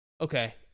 Okay